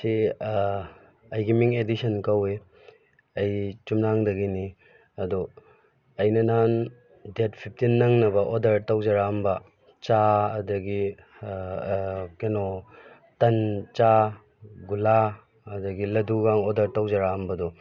ꯁꯤ ꯑꯩꯒꯤ ꯃꯤꯡ ꯑꯦꯗꯤꯁꯟ ꯀꯧꯋꯦ ꯑꯩ ꯆꯨꯝꯅꯥꯡꯗꯒꯤꯅꯤ ꯑꯗꯣ ꯑꯩꯅ ꯅꯍꯥꯟ ꯗꯦꯠ ꯐꯤꯐꯇꯤꯟ ꯅꯪꯅꯕ ꯑꯣꯔꯗꯔ ꯇꯧꯖꯔꯛꯑꯝꯕ ꯆꯥ ꯑꯗꯒꯤ ꯀꯩꯅꯣ ꯇꯟ ꯆꯥ ꯒꯨꯂꯥ ꯑꯗꯒꯤ ꯂꯗꯨꯒ ꯑꯣꯔꯗꯔ ꯇꯧꯖꯔꯛꯑꯝꯕꯗꯣ